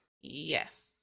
yes